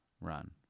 run